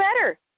better